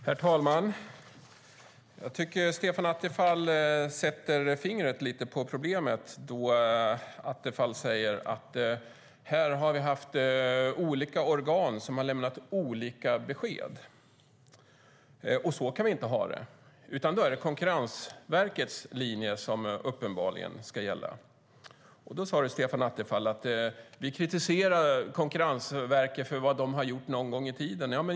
Herr talman! Stefan Attefall sätter fingret på problemet när han säger att vi har haft olika organ som har lämnat olika besked och att vi inte kan ha det så. Därför är det tydligen Konkurrensverkets linje som ska gälla. Stefan Attefall säger att vi kritiserar Konkurrensverket för vad de gjorde en gång tiden.